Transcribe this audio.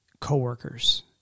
coworkers